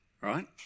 right